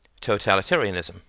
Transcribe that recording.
totalitarianism